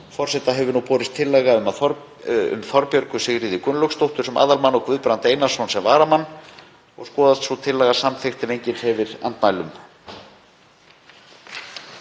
Forseta hefur borist tillaga um Þorbjörgu Sigríði Gunnlaugsdóttur sem aðalmann og Guðbrand Einarsson sem varamann. Skoðast sú tillaga samþykkt ef enginn hreyfir andmælum.